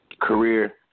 career